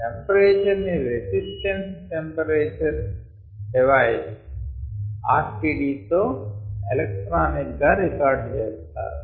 temperature ని resistance temperature device resistance temperature device RTD తో electronic గ రికార్డ్ చేస్తారు